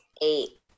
eight